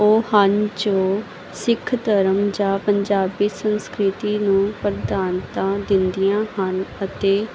ਉਹ ਹਨ ਜੋ ਸਿੱਖ ਧਰਮ ਜਾਂ ਪੰਜਾਬੀ ਸੰਸਕ੍ਰਿਤੀ ਨੂੰ ਪ੍ਰਧਾਨਤਾ ਦਿੰਦੀਆਂ ਹਨ ਅਤੇ